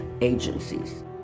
agencies